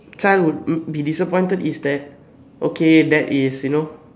child would be disappointed is that okay dad is you know